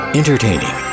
entertaining